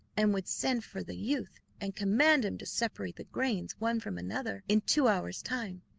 and would send for the youth, and command him to separate the grains one from another, in two hours' time,